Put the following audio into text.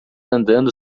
andando